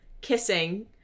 kissing